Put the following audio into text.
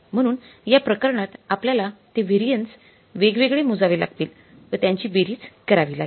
म्हणून या प्रकरणात आपल्याला ते व्हॅरियन्स वेगवेगळे मोजावे लागतील व त्यांची बेरीज करावी लागेल